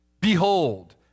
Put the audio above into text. Behold